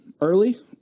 early